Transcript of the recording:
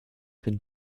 been